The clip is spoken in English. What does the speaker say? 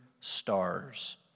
stars